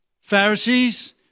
Pharisees